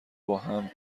باهم